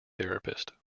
therapist